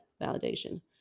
validation